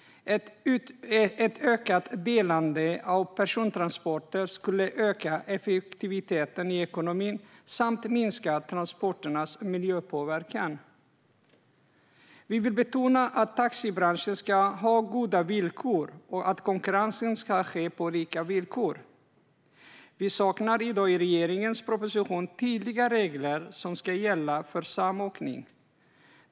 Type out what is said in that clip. Ett ökat delande av persontransporter skulle öka effektiviteten i ekonomin samt minska transporternas miljöpåverkan. Vi vill betona att taxibranschen ska ha goda villkor och att konkurrensen ska ske på lika villkor. Vi saknar i regeringens proposition tydliga regler som ska gälla för samåkning.